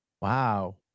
Wow